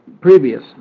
Previous